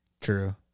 True